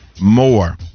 more